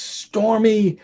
stormy